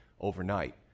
overnight